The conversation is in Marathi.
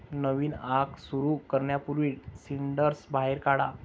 नवीन आग सुरू करण्यापूर्वी सिंडर्स बाहेर काढा